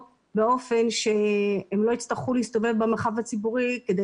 באופן שהם לא יצטרכו להסתובב במרחב הציבורי כדי